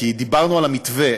כי דיברנו על המתווה,